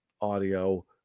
audio